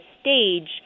stage